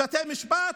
בתי משפט